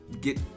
get